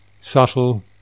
subtle